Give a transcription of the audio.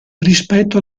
rispetto